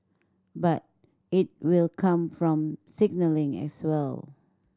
but it will come from signalling as well